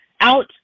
out